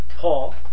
Paul